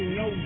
no